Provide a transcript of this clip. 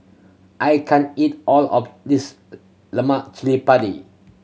I can't eat all of this lemak cili padi